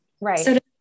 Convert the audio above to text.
Right